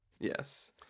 Yes